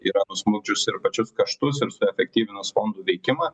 yra nusmukdžiusi ir pačius kaštus ir suefektyvinus fondų veikimą